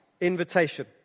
invitation